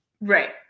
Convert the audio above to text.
Right